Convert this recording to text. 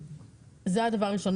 זה הדבר הראשון.